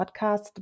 podcast